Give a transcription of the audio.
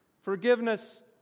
forgiveness